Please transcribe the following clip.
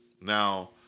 Now